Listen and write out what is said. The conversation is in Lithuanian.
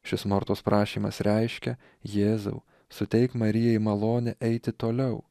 šis mortos prašymas reiškia jėzau suteik marijai malonę eiti toliau